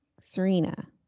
Serena